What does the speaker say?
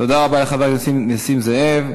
תודה רבה לחבר הכנסת נסים זאב.